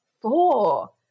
four